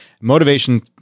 Motivation